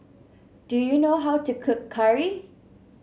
do you know how to cook curry